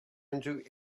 into